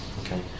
Okay